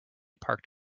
parked